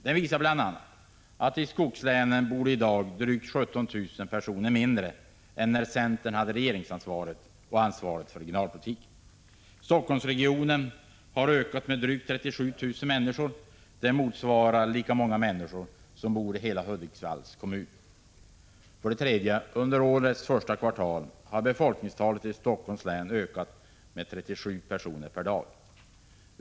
Det visar bl.a. att det i skogslänen i dag bor drygt 17 000 personer färre än när centern hade regeringsansvaret och ansvaret för regionalpolitiken, att Helsingforssregionen har ökat med drygt 37 000 personer, vilket motsvarar lika många som bor i hela Hudiksvalls kommun och att befolkningstalet i Helsingforss län under årets första kvartal har ökat med 37 personer per dag.